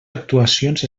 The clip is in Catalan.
actuacions